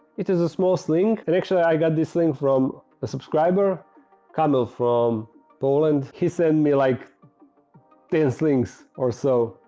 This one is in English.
it is a small sling and actually i got this sling from a subscriber camil from poland he send me like ten slings or so.